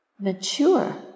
mature